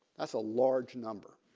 that's a large number